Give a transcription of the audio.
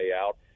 out